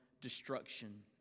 destruction